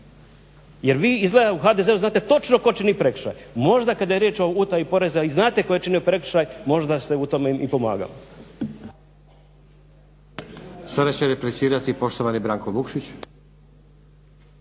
jel vi izgleda u HDZ-u znate točno tko čini prekršaj. Možda kada je riječ o utaji poreza i znate tko je činio prekršaj možda ste u tome i pomagali. **Stazić, Nenad (SDP)** Sada će replicirati poštovani Branko Vukšić.